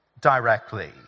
directly